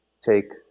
take